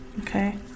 Okay